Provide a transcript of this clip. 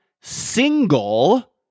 single